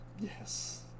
Yes